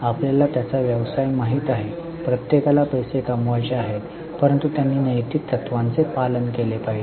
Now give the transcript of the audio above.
आपल्याला त्याचा व्यवसाय माहित आहे प्रत्येकाला पैसे कमवायचे आहेत परंतु त्यांनी नैतिक तत्त्वांचे पालन केले पाहिजे